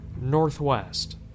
northwest